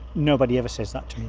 nobody ever says that to me,